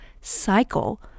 cycle